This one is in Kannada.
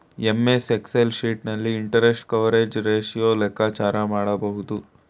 ಎಂ.ಎಸ್ ಎಕ್ಸೆಲ್ ಶೀಟ್ ನಲ್ಲಿ ಇಂಟರೆಸ್ಟ್ ಕವರೇಜ್ ರೇಶು ಲೆಕ್ಕಾಚಾರ ಮಾಡಬಹುದು